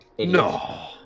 No